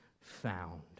found